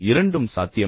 இரண்டும் சாத்தியம்